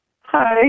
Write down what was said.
hi